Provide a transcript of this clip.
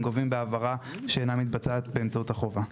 גובים בהעברה שאינה מתבצעת באמצעות החובה.